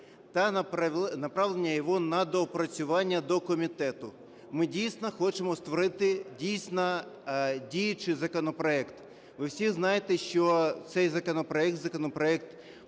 та направлення його на доопрацювання до комітету. Ми, дійсно, хочемо створити дійсно діючий законопроект. Ви всі знаєте, що цей законопроект – законопроект